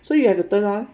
so you have to turn on